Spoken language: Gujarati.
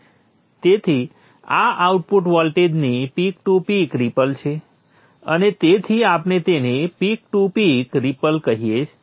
તેથી આ આઉટપુટ વોલ્ટેજની પીક ટુ પીક રિપલ છે અને તેથી આપણે તેને પીક ટુ પીક રીપલ કહી શકીએ છીએ